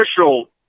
official